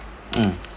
mm